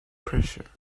pressure